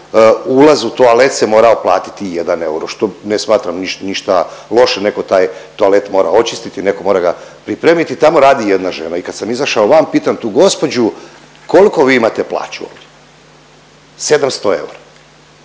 Ulaz u toalet se morao platiti 1 euro, što ne smatram ništa, ništa loše. Netko taj toalet mora očistiti, neko mora ga pripremiti. Tamo radi jedna žena i kada sam izašao van pitam tu gospođu koliko vi imate plaću. 700 eura.